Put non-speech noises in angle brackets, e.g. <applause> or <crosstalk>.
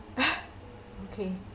<noise> okay